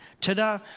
Ta-da